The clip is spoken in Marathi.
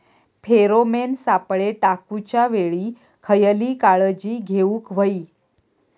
फेरोमेन सापळे टाकूच्या वेळी खयली काळजी घेवूक व्हयी?